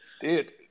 dude